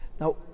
Now